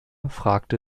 fragte